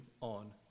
on